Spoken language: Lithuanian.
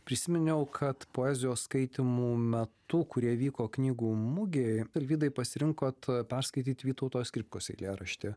prisiminiau kad poezijos skaitymų metu kurie vyko knygų mugėj alvydai pasirinkot perskaityt vytauto skripkos eilėraštį